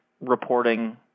reporting